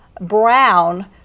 Brown